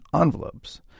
envelopes